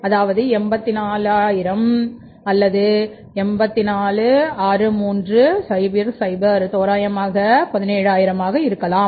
அதாவது 840000 அல்லது 846300 தோராயமாக 17000 ஆக இருக்கலாம்